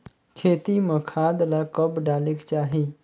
खेती म खाद ला कब डालेक चाही?